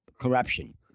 corruption